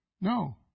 No